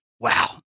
Wow